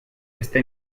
esta